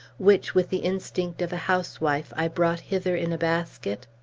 which, with the instinct of a housewife, i brought hither in a basket?